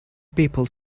people